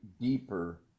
deeper